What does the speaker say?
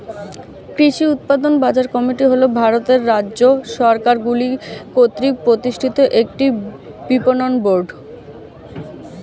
কৃষি উৎপাদন বাজার কমিটি হল ভারতের রাজ্য সরকারগুলি কর্তৃক প্রতিষ্ঠিত একটি বিপণন বোর্ড